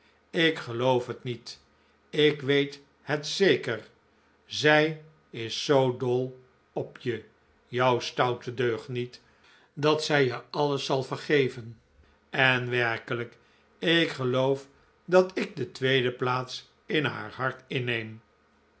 ik geloof het niet ik weet het zeker zij is zoo dol op je jou stoute deugniet dat zij je alles zal vergeven en werkelijk ik geloof dat ik de tweede plaats in haar hart inneem